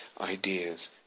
ideas